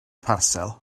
parsel